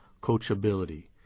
coachability